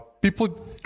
people